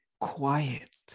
quiet